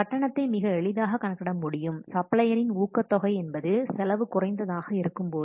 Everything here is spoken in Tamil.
கட்டணத்தை மிக எளிதாக கணக்கிட முடியும் சப்ளையரின் ஊக்கத்தொகை என்பது செலவு குறைந்ததாக இருக்கும்போது